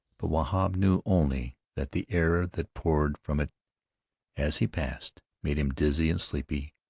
but wahb knew only that the air that poured from it as he passed made him dizzy and sleepy,